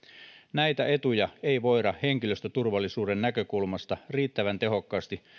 näitä etuja ei voida henkilöstöturvallisuuden näkökulmasta riittävän tehokkaasti